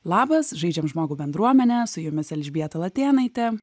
labas žaidžiam žmogų bendruomene su jumis elžbieta latėnaitė